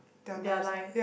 their life